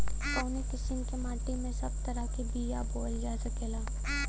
कवने किसीम के माटी में सब तरह के बिया बोवल जा सकेला?